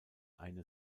eine